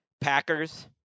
Packers